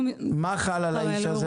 מה חל על האיש?